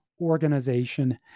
organization